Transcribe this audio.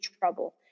trouble